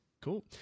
Cool